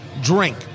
drink